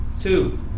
Two